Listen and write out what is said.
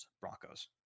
Broncos